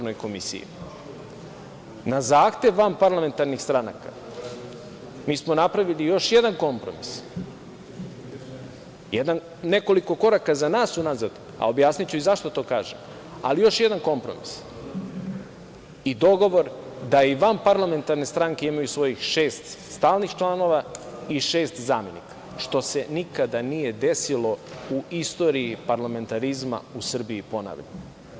Na zahtev vanparlamentarnih stranaka, mi smo napravili još jedan kompromis, nekoliko koraka za nas unazad, a objasniću i zašto to kažem, ali još jedan kompromis i dogovor da i vanparlamentarne stranke imaju svojih šest stalnih članova i šest zamenika, što se nikada nije desilo u istoriji parlamentarizma u Srbiji, ponavljam.